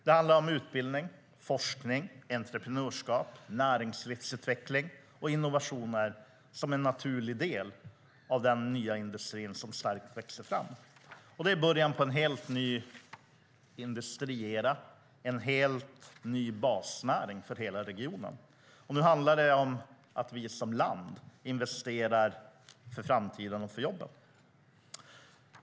Det handlar om utbildning, forskning, entreprenörskap, näringslivsutveckling och innovationer som en naturlig del av den nya industri som växer fram. Det är början på en helt ny industriera, en helt ny basnäring för hela regionen. Nu handlar det om att Sverige som land investerar för framtiden och för jobben.